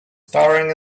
staring